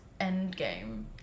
Endgame